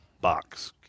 box